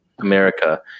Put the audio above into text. america